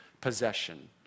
possession